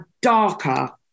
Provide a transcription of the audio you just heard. darker